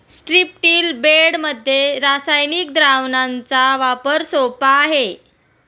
स्ट्रिप्टील बेडमध्ये रासायनिक द्रावणाचा वापर सोपा आहे